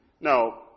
Now